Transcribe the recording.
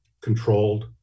controlled